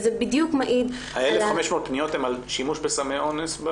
וזה בדיוק מעיד על --- 1,500 הפניות הן על שימוש בסמי אונס?